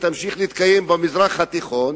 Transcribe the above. ותמשיך להתקיים, במזרח התיכון,